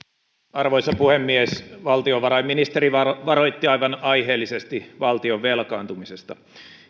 arvoisa puhemies valtiovarainministeri varoitti aivan aiheellisesti valtion velkaantumisesta